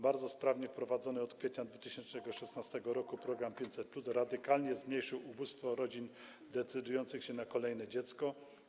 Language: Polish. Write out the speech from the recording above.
Bardzo sprawnie wprowadzony od kwietnia 2016 r. program 500+ radykalnie zmniejszył ubóstwo rodzin decydujących się na kolejne dziecko.